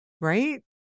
Right